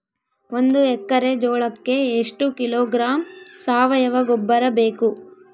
ಒಂದು ಎಕ್ಕರೆ ಜೋಳಕ್ಕೆ ಎಷ್ಟು ಕಿಲೋಗ್ರಾಂ ಸಾವಯುವ ಗೊಬ್ಬರ ಬೇಕು?